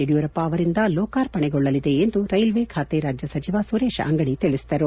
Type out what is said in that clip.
ಯಡಿಯೂರಪ್ಪ ಅವರಿಂದ ಲೋಕಾರ್ಪಣೆಗೊಳ್ಳಲಿದೆ ಎಂದು ರೈಲ್ಲೆ ಖಾತೆ ರಾಜ್ನ ಸಚಿವ ಸುರೇಶ ಅಂಗಡಿ ತಿಳಿಸಿದರು